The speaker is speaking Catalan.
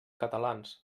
catalans